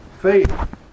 faith